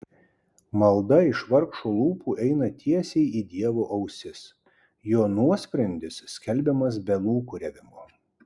malda iš vargšo lūpų eina tiesiai į dievo ausis jo nuosprendis skelbiamas be lūkuriavimo